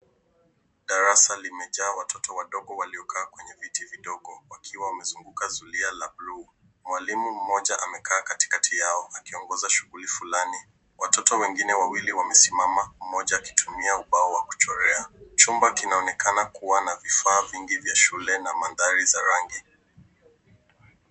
Darasa limejaa watoto wadogo waliokaa kwenye viti vidogo waiwa wamezunguka zulia la blue .Mwalimu mmoja amekaa katikati yao akiongoza shughuli flani. Watoto wengine wawili wamesimama mmoja akitumia ubao wa kuchorea. Chumba kinaonekana kuwa na vifaa vingi vya shule na mandhari za rangi.